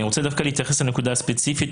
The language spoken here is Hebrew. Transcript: אני רוצה דווקא להתייחס לנקודה הספציפית